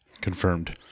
Confirmed